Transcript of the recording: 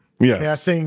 Yes